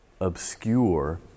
obscure